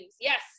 Yes